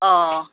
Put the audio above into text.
অঁ